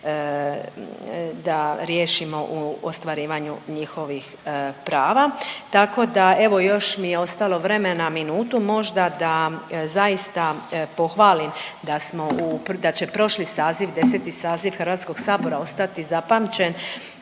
da riješimo u ostvarivanju njihovih prava. Tako da, evo još mi je ostalo vremena minutu, možda da zaista pohvalim da smo u, da će prošli saziv, 10. saziv HS ostati zapamćen